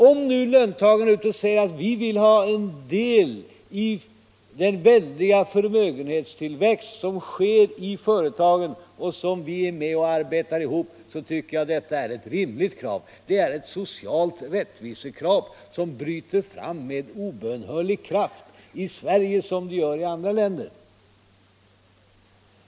Om nu löntagarna säger att de vill ha del i den väldiga förmögenhetstillväxt som sker i företagen och som de är med och arbetar ihop, så tycker jag att det är ett rimligt krav. Det är ett socialt rättvisekrav som bryter fram med obönhörlig kraft, i Sverige liksom i andra länder.